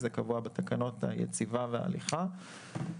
זה קבוע בתקנות היציבה וההליכה.